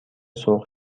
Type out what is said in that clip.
سرخ